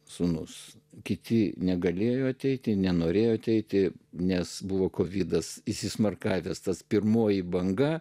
sūnus kiti negalėjo ateiti nenorėjo ateiti nes buvo pavydas įsismarkavęs tas pirmoji banga